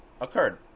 occurred